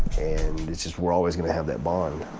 and it's just we're always gonna have that bond.